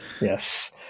Yes